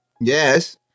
Yes